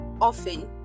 often